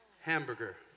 hamburger